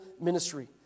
ministry